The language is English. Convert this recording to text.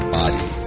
body